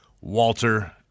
Walter